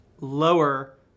lower